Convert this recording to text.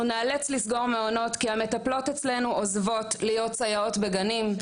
אנחנו נאלץ לסגור מעונות כי המטפלות אצלנו עוזבות להיות סייעות בגנים,